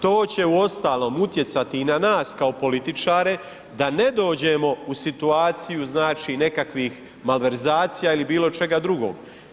To će uostalom utjecati i na nas kao političare da ne dođemo u situaciju znači nekakvih malverzacija ili bilo čega drugog.